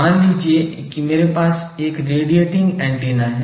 मान लीजिए कि मेरे पास एक रेडिएटिंग एंटीना है